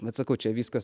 bet sakau čia viskas